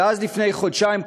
ואז לפני חודשיים,